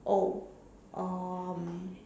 oh um